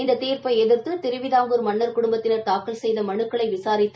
இந்த தீர்ப்பை எதிர்த்து திருவிதாங்கூர் மன்னர் குடும்பத்தினர் தாக்கல் செய்த மலுக்களை விசாரித்த